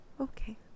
okay